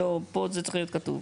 פה זה צריך להיות כתוב.